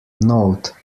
note